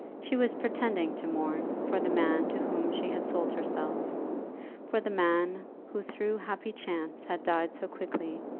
she was pretending to mourn for the man to whom she had sold herself for the man who through happy chance had died so quickly,